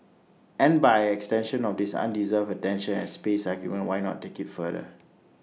and by extension of this undeserved attention and space argument why not take IT further